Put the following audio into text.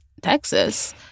Texas